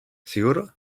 seguro